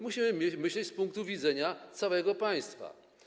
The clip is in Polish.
Musimy myśleć z punktu widzenia całego państwa.